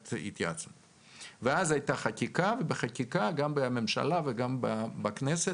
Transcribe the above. ואז הייתה חקיקה ובחקיקה גם בממשלה וגם בכנסת,